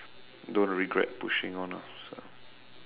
don't regret pushing on ah so